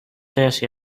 face